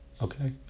Okay